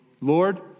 Lord